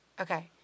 Okay